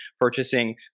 purchasing